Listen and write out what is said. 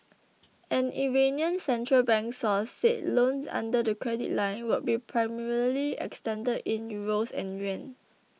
an Iranian central bank source said loans under the credit line would be primarily extended in euros and yuan